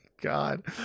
God